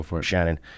Shannon